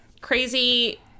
crazy